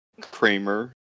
Kramer